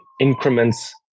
increments